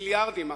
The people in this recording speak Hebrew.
מיליארדים.